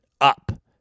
up